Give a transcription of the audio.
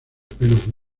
pelos